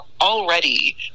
already